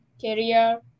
career